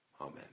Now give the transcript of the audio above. Amen